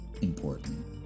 important